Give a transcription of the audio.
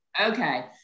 Okay